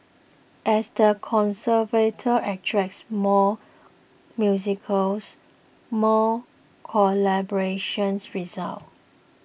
as the conservatory attracts more musicals more collaborations result